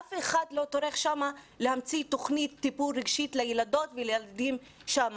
אף אחד לא טורח שם להמציא תוכנית טיפול רגשי לילדות ולילדים שם,